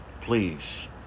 Please